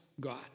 God